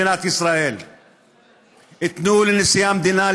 אל תנופפי בידך,